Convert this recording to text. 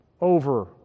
over